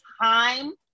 Time